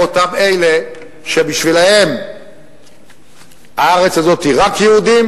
אותם אלה שבשבילם הארץ הזאת היא רק יהודים,